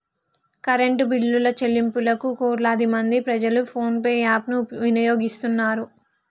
current బిల్లుల చెల్లింపులకు కోట్లాది మంది ప్రజలు ఫోన్ పే యాప్ ను వినియోగిస్తున్నరు